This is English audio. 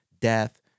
death